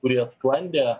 kurie sklandė